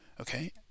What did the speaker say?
Okay